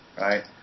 right